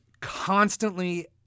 constantly